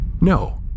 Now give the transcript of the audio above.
No